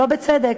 לא בצדק,